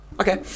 okay